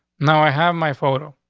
now i have my photo.